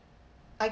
I